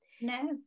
No